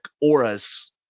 auras